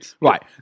Right